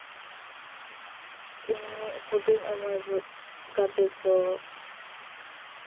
ᱤᱧᱤᱧ ᱦᱩᱰᱤᱧ ᱩᱢᱮᱨ ᱜᱟᱛᱮ ᱠᱚ